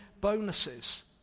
bonuses